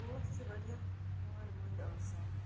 پوش چھِ واریاہ مٲرۍ مٔنٛدۍ آسان